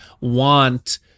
want